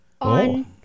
on